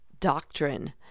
doctrine